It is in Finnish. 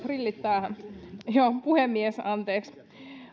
rillit päähän joo puhemies anteeksi